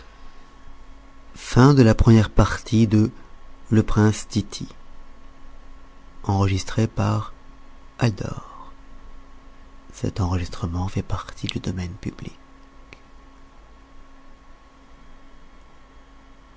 le prince se